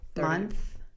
month